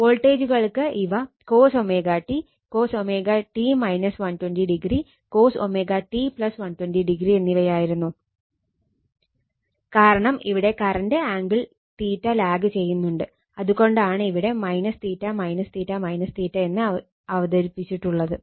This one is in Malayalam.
വോൾട്ടേജുകൾക്ക് ഇവ cos cos cos t 120o എന്നിവയായിരുന്നു കാരണം ഇവിടെ കറണ്ട് ആംഗിൾ ലാഗ് ചെയ്യുന്നുണ്ട് അത് കൊണ്ടാണ് ഇവിടെ എന്നത് അവതരിപ്പിച്ചിട്ടുള്ളത്